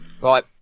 Right